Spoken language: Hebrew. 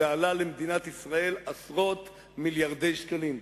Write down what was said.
זה עלה למדינת ישראל עשרות מיליארדי שקלים,